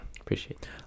Appreciate